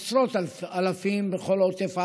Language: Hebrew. עשרות אלפים בכל עוטף עזה,